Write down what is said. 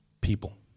people